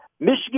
Michigan